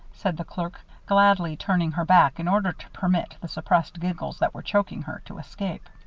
said the clerk, gladly turning her back in order to permit the suppressed giggles that were choking her, to escape.